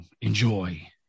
enjoy